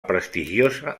prestigiosa